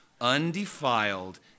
undefiled